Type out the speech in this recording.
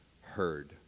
heard